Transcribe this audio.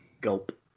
Gulp